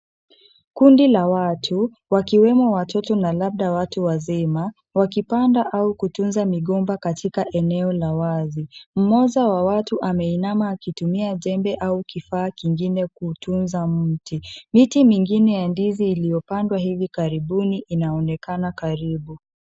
Kundi la watu, wakiwemo watoto na labda watu wazima, wakipanda au kutunza migomba katika eneo la wazi. Mmoja wa watu ameinama akitumia jembe au kifaa kingine kutunza mti. Miti mingine ya ndizi iliyopandwa hivi karibuni inaonekana karibu.